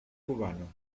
cubano